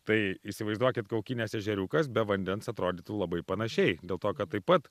tai įsivaizduokit kaukinės ežeriukas be vandens atrodytų labai panašiai dėl to kad taip pat